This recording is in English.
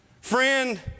Friend